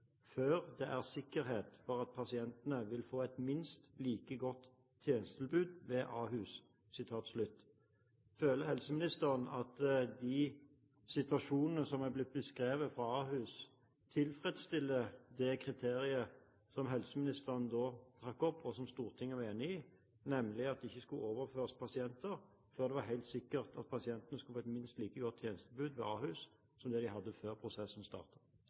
før det er sikkerhet for at pasientene vil få et minst like godt tjenestetilbud ved Ahus.» Føler helseministeren at de situasjonene som har blitt beskrevet fra Ahus, tilfredsstiller det kriteriet som helseministeren da trakk opp, og som Stortinget var enig i, nemlig at det ikke skulle overføres pasienter før det var helt sikkert at pasientene skulle få et minst like godt tjenestetilbud ved Ahus som det de hadde før prosessen